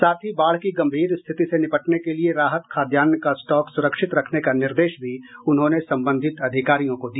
साथ ही बाढ़ की गंभीर स्थिति से निपटने के लिये राहत खाद्यान्न का स्टॉक सुरक्षित रखने का निर्देश भी उन्होंने संबंधित अधिकारियों को दिया